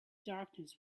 darkness